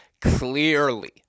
clearly